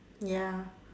ya